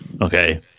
okay